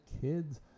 kid's